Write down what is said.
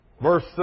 verse